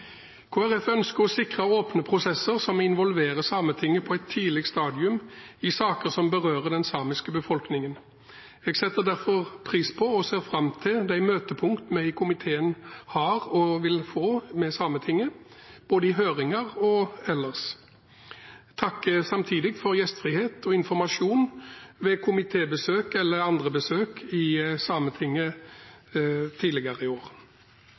Folkeparti ønsker å sikre åpne prosesser som involverer Sametinget på et tidlig stadium i saker som berører den samiske befolkningen. Jeg setter derfor pris på, og ser fram til, de møtepunkt vi i komiteen har og vil få med Sametinget både i høringer og ellers. Jeg takker samtidig for gjestfrihet og informasjon ved komitébesøk og andre besøk i Sametinget tidligere i år.